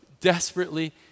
desperately